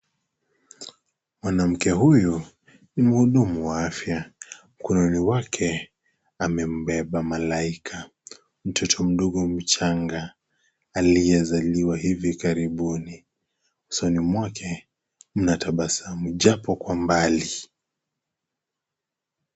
Mwanamke huyu ni mhudumu wa afya, mkononi mwake amembeba malaika, mtoto mdogo mchanga aliyezaliwa hivi karibuni. Usoni mwake anatabasamu japo kwa mbali.